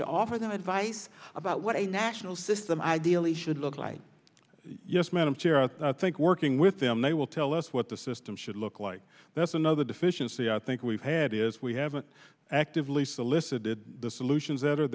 to offer them advice about what a national system ideally should look like yes madam chair i think working with them they will tell us what the system should look like that's another deficiency i think we've had is we haven't actively solicited the solutions that are